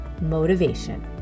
motivation